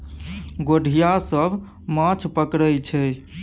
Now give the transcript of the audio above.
गोढ़िया सब माछ पकरई छै